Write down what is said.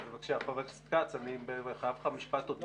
בבקשה, חבר הכנסת כץ, אני חייב לך משפט עוד מקודם.